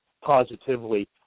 positively